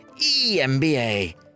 EMBA